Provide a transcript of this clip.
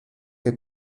que